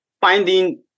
finding